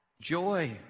joy